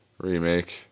remake